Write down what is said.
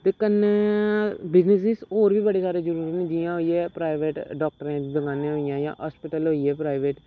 ते कन्नै बिजनेस होर बी बड़े सारे जरूरी होंदे न जियां होई गेआ प्राइवेट डाक्टरें दी दकानां होई गेइयां जां हस्पिटल होई गे प्राइवेट